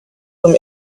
him